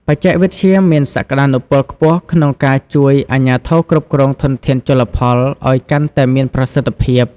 បច្ចេកវិទ្យាមានសក្តានុពលខ្ពស់ក្នុងការជួយអាជ្ញាធរគ្រប់គ្រងធនធានជលផលឲ្យកាន់តែមានប្រសិទ្ធភាព។